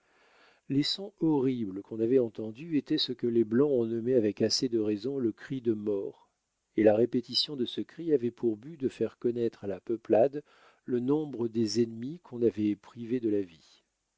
les sons horribles qu'on avait entendus étaient ce que les blancs ont nommé avec assez de raison le cri de mort et la répétition de ce cri avait pour but de faire connaître à la peuplade le nombre des ennemis qu'on avait privés de la vie